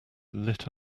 lit